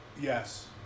Yes